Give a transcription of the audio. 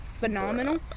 phenomenal